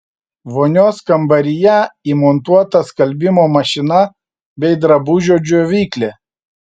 vonios kambaryje įmontuota skalbimo mašina bei drabužių džiovyklė